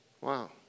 Wow